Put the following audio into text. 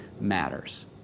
matters